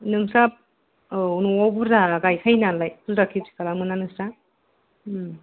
नोंस्रा औ न'याव बुरजा गायखायो नालाय बुरजा खेथि खालामो ना नोंस्रा